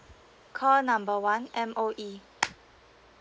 call number one M_O_E